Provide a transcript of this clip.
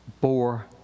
bore